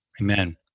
Amen